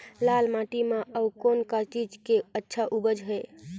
लाल माटी म अउ कौन का चीज के अच्छा उपज है?